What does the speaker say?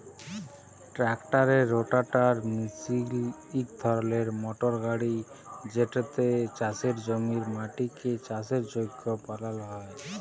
ট্রাক্টারের rotavator machine ইক ধরলের মটর গাড়ি যেটতে চাষের জমির মাটিকে চাষের যগ্য বালাল হ্যয়